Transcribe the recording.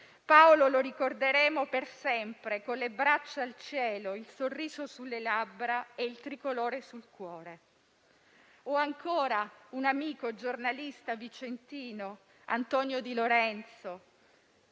«Paolo lo ricorderemo per sempre con le braccia al cielo, il sorriso sulle labbra e il Tricolore sul cuore». O ancora, un amico giornalista vicentino, Antonio Di Lorenzo,